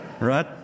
Right